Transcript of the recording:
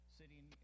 sitting